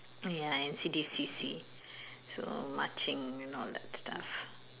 ya N_C_D_C_C so marching and all that stuff